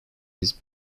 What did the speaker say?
his